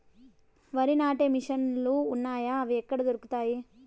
వరి నాటే మిషన్ ను లు వున్నాయా? అవి ఎక్కడ దొరుకుతాయి?